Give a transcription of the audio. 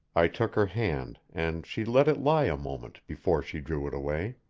i took her hand, and she let it lie a moment before she drew it away.